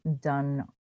done